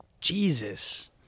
Jesus